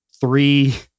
three